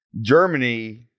Germany